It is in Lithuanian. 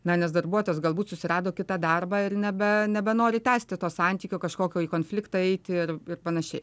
na nes darbuotojas galbūt susirado kitą darbą ir nebe nebenori tęsti to santykio kažkokio į konfliktą eiti ir panašiai